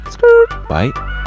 Bye